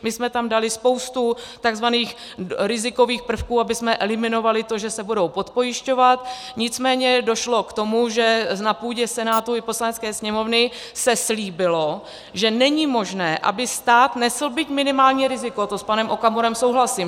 My jsme tam dali spoustu takzvaných rizikových prvků, abychom eliminovali to, že se budou podpojišťovat, nicméně došlo k tomu, že na půdě Senátu i Poslanecké sněmovny se slíbilo, že není možné, aby stát nesl byť minimální riziko, to s panem Okamurou souhlasím.